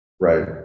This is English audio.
Right